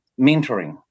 mentoring